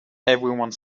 everyone